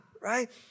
right